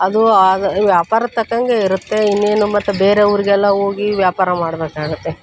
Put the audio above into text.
ಅದೂ ಆದ ವ್ಯಾಪಾರದ ತಕ್ಕ ಹಂಗೇ ಇರುತ್ತೆ ಇನ್ನೇನು ಮತ್ತು ಬೇರೆ ಊರಿಗೆಲ್ಲ ಹೋಗಿ ವ್ಯಾಪಾರ ಮಾಡಬೇಕಾಗತ್ತೆ